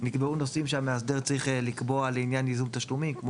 נקבעו נושאים שהמאסדר צריך לקבוע לעניין ייזום תשלום כמו